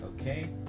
Okay